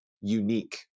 unique